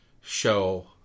show